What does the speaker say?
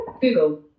Google